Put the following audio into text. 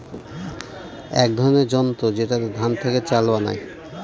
এক ধরনের যন্ত্র যেটাতে ধান থেকে চাল বানায়